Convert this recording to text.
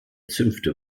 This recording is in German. zünfte